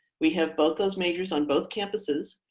we have both those majors on both campuses,